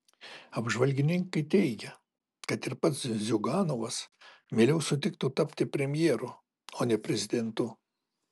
apžvalgininkai teigia kad ir pats ziuganovas mieliau sutiktų tapti premjeru o ne prezidentu